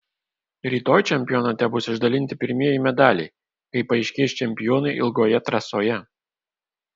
rytoj čempionate bus išdalinti pirmieji medaliai kai paaiškės čempionai ilgoje trasoje